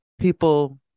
people